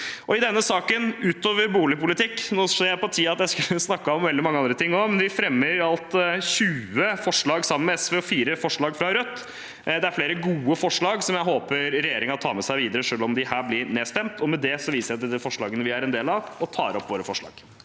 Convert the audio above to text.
mange andre ting også – fremmer vi i alt 21 forslag sammen med SV og 4 forslag fra Rødt. Det er flere gode forslag som jeg håper regjeringen tar med seg videre, selv om de her blir nedstemt. Med det viser jeg til de forslagene vi er med på, og jeg tar opp våre forslag.